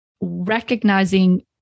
recognizing